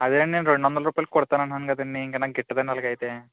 అదేనండి నేను రెండువందల రూపాయలకి కుడుతానంటున్నా కదండీ ఇంకా నాకు గిట్టదండి అలాగైతే